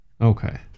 Okay